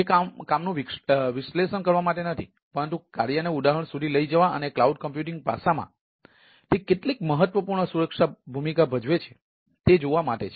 તે કામનું વિશ્લેષણ કરવા માટે નથી પરંતુ તે કાર્યને ઉદાહરણ સુધી લઈ જવા અને ક્લાઉડ કમ્પ્યુટિંગ પાસામાં તે કેટલી મહત્વપૂર્ણ સુરક્ષા ભૂમિકા ભજવે છે તે જોવા માટે છે